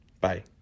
Bye